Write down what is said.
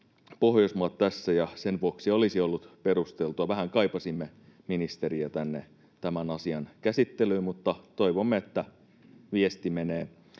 Pohjoismaat, ja sen vuoksi olisi ollut perusteltua ja vähän kaipasimme ministeriä tänne tämän asian käsittelyyn, mutta toivomme, että viesti menee